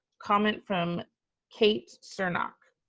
comment from kate cernok.